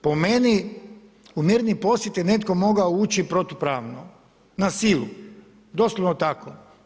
Po meni, u mirni posjed je netko mogao ući protupravno, na silu, doslovno tako.